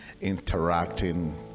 interacting